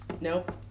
Nope